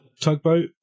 tugboat